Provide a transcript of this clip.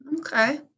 Okay